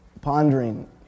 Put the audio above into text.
pondering